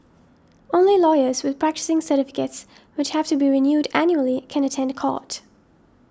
only lawyers with practising certificates which have to be renewed annually can attend the court